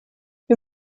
wir